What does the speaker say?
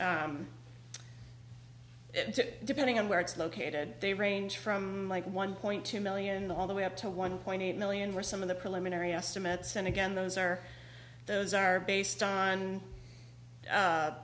depending on where it's located they range from like one point two million all the way up to one point eight million were some of the preliminary estimates and again those are those are based on